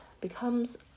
becomes